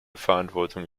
verantwortung